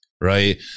right